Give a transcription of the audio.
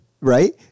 Right